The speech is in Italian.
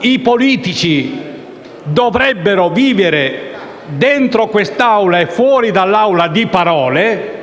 i politici dovrebbero vivere dentro e fuori dall'Aula di parole